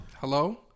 Hello